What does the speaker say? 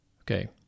Okay